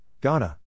Ghana